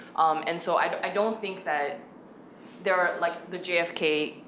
and so i don't think that there are, like the jfk